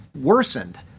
worsened